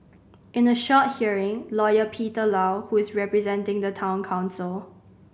in a short hearing Lawyer Peter Low who is representing the Town Council